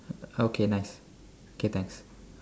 okay nice K thanks